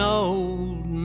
old